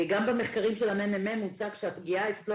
גם במחירים של ה-ממ"מ הוצג שהפגיעה אצלו